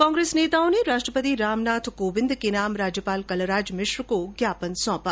कांग्रेस नेताओं ने राष्ट्रपति रामनाथ कोविंद के नाम राज्यपाल कलराज मिश्र को ज्ञापन सौंपा